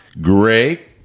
Gray